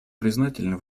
признательны